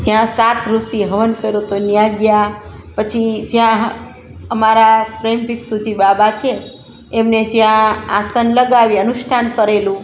જ્યાં સાત ઋષિ હવન કર્યો તો ત્યાં ગયા પછી જ્યાં અમારા પ્રેમપિક સૂચિ બાબા છે એમણે જ્યાં આસન લગાવી અનુષ્ઠાન કરેલું